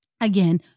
again